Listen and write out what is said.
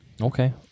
Okay